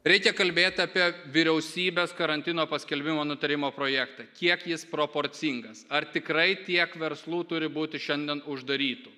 reikia kalbėt apie vyriausybės karantino paskelbimo nutarimo projektą kiek jis proporcingas ar tikrai tiek verslų turi būti šiandien uždarytų